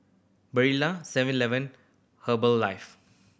Barilla Seven Eleven Herbalife